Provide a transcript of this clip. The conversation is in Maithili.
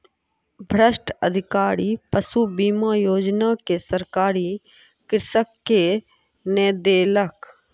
भ्रष्ट अधिकारी पशु बीमा योजना के राशि कृषक के नै देलक